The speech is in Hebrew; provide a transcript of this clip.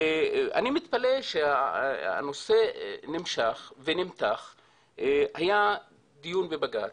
ואני מתפלא שהנושא נמשך ונמתח, היה דיון בבג"צ,